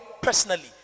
personally